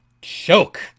choke